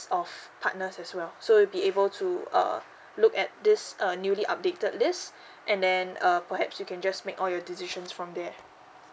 of partners as well so you'll be able to uh look at this uh newly updated list and then uh perhaps you can just make all your decisions from there